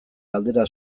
galdera